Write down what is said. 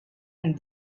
and